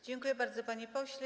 Dziękuję bardzo, panie pośle.